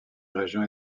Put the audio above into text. région